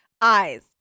eyes